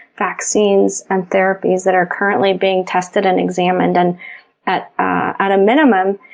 vaccines, and therapies that are currently being tested and examined. and at ah at a minimum,